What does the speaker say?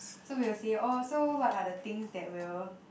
so we will say orh so what are the things that will